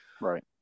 right